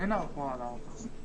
אין הארכה על הארכה.